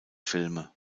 filme